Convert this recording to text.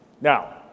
Now